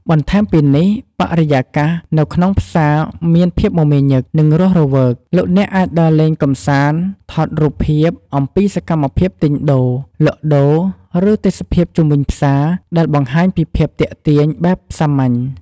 បន្ថែមពីនេះបរិយាកាសនៅក្នុងផ្សារមានភាពមមាញឹក និងរស់រវើក លោកអ្នកអាចដើរលេងកម្សាន្តថតរូបភាពអំពីសកម្មភាពទិញដូរ លក់ដូរ ឬទេសភាពជុំវិញផ្សារ ដែលបង្ហាញពីភាពទាក់ទាញបែបសាមញ្ញ។